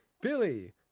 Billy